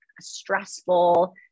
stressful